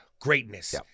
greatness